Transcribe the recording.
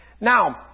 Now